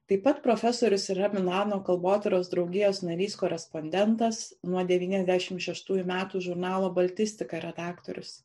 taip pat profesorius yra milano kalbotyros draugijos narys korespondentas nuo devyniasdešimt šeštųjų metų žurnalo baltistika redaktorius